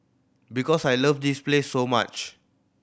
because I love this place so much